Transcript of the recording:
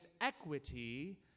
equity